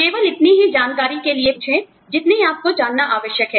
केवल इतनी ही जानकारी के लिए पूछे जितनी आपको जानना आवश्यक है